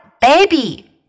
Baby